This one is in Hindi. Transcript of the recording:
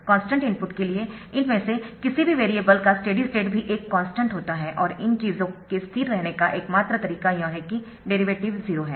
कॉन्स्टन्ट इनपुट के लिए इनमें से किसी भी वेरिएबल का स्टेडी स्टेट भी एक कॉन्स्टन्ट होता है और इन चीजों के स्थिर रहने का एकमात्र तरीका यह है कि डेरिवेटिव 0 है